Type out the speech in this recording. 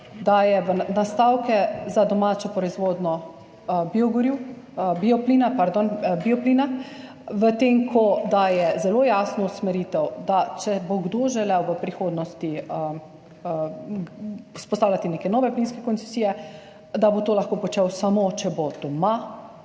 daje nastavke za domačo proizvodnjo bioplina, v tem, ko daje zelo jasno usmeritev, da če bo kdo želel v prihodnosti vzpostavljati neke nove plinske koncesije, da bo to lahko počel samo, če bo doma